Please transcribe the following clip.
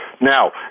Now